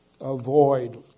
Avoid